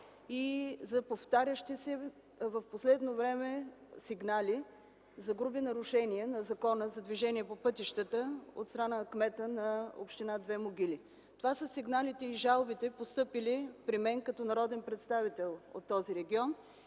и за повтарящи се в последно време сигнали за груби нарушения на Закона за движение по пътищата от страна на кмета на община Две могили. Това са сигналите и жалбите, постъпили при мен като народен представител от този регион,